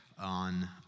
on